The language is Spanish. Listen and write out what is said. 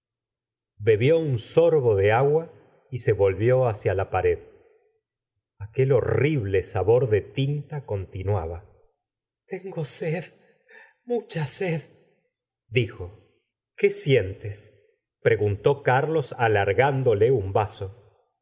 bebió un sorbo de agua y se volvió hacia lapared aquel horrible sabor de tinta continuaba tengo sed mucha sed dijo qué sientes preguntó carlos alargándole un vaso